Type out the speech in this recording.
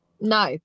no